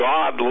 God